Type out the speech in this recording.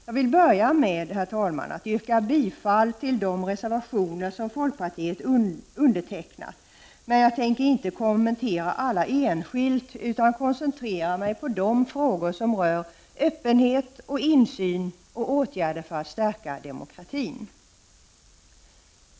Jag vill börja med, herr talman, att yrka bifall till de reservationer som folkpartiet står bakom, men jag tänker inte kommentera alla enskilt, utan jag skall koncentrera mig på de frågor som rör öppenhet och insyn och åtgärder för att stärka demokratin.